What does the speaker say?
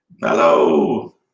Hello